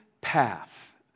path